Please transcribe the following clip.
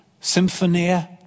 Symphonia